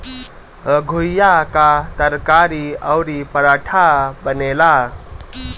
घुईया कअ तरकारी अउरी पराठा बनेला